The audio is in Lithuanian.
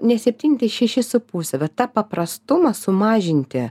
ne septyni tai šeši su puse va ta paprastumas sumažinti